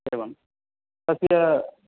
एवम् तस्य